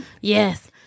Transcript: Yes